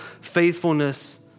faithfulness